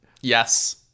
Yes